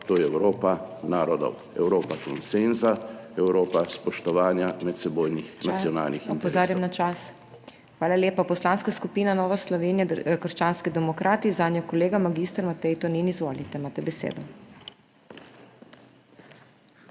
to je Evropa narodov, Evropa konsenza, Evropa spoštovanja medsebojnih nacionalnih interesov.